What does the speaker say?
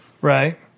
right